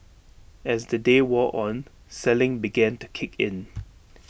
as the day wore on selling began to kick in